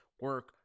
Work